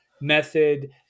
method